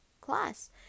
class